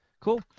Cool